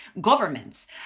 governments